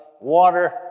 water